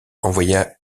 envoya